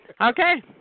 Okay